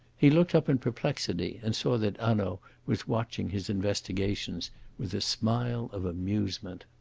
he looked up in perplexity and saw that hanaud was watching his investigations with a smile of amusement.